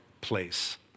place